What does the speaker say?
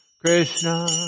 Krishna